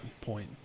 point